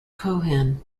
cohen